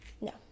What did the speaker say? No